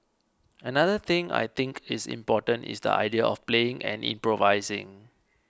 another thing I think is important is the idea of playing and improvising